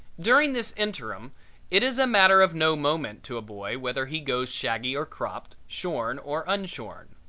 during this interim it is a matter of no moment to a boy whether he goes shaggy or cropped, shorn or unshorn.